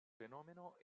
fenomeno